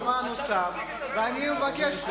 הזמן הוסף ואני מבקש,